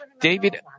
David